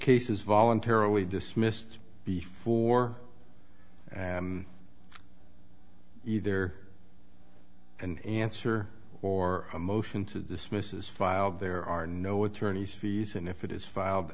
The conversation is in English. case is voluntarily dismissed before either an answer or a motion to dismiss is filed there are no attorney's fees and if it is filed